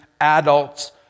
adults